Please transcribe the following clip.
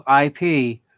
IP